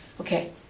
Okay